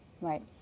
Right